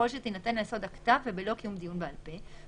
יכול שתינתן על יסוד הכתב ובלא קיום דיון בעל פה,